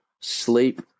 sleep